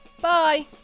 Bye